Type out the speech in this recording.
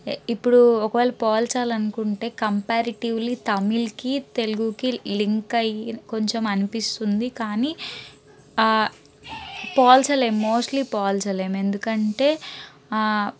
ఇ ఇప్పుడు ఒకవేళ పోల్చాలనుకుంటే కంపారిటివ్లీ తమిళ్కి తెలుగుకి లింక్ అయ్యి కొంచం కనిపిస్తుంది కాని పోల్చలేం మోస్ట్లీ పోల్చలేం ఎందుకంటే